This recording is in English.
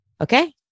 Okay